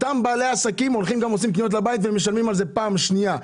אותם בעלי עסקים גם עושים קניות עבור ביתם והם משלמים על זה פעם שנייה.